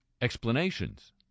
explanations